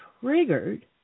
triggered